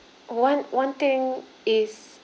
one one thing is